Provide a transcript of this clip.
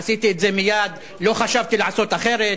עשיתי את זה מייד, לא חשבתי לעשות אחרת.